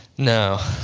no.